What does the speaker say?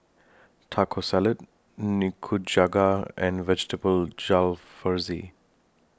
Taco Salad Nikujaga and Vegetable Jalfrezi